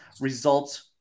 results